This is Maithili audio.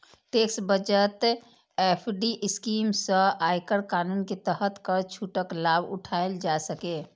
टैक्स बचत एफ.डी स्कीम सं आयकर कानून के तहत कर छूटक लाभ उठाएल जा सकैए